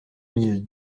mille